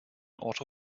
auto